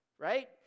right